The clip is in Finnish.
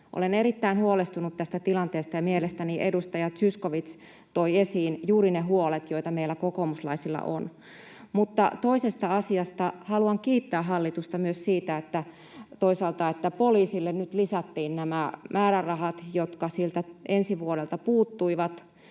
Olen erittäin huolestunut tästä tilanteesta, ja mielestäni edustaja Zyskowicz toi esiin juuri ne huolet, joita meillä kokoomuslaisilla on. Mutta toisesta asiasta: haluan myös kiittää hallitusta toisaalta siitä, että poliisille nyt lisättiin nämä määrärahat, jotka siltä ensi vuodelta puuttuivat,